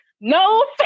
No